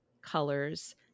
colors